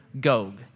Gog